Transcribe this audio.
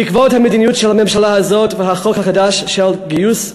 בעקבות המדיניות של הממשלה הזאת והחוק החדש של הגיוס,